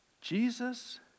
Jesus